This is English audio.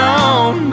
on